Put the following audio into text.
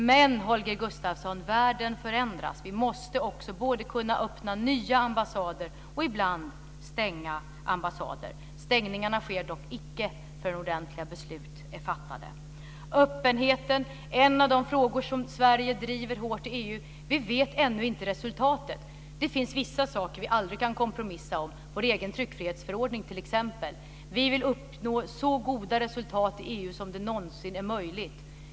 Men världen förändras, Holger Gustafsson. Vi måste kunna både öppna nya ambassader och ibland stänga ambassader. Stängningarna sker dock icke förrän ordentliga beslut är fattade. Öppenheten är en av de frågor som Sverige driver hårt i EU. Vi vet ännu inte resultatet. Det finns vissa saker vi aldrig kan kompromissa om, t.ex. vår egen tryckfrihetsförordning. Vi vill uppnå så goda resultat i EU som det någonsin är möjligt.